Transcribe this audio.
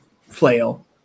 flail